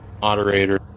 moderator